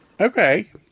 Okay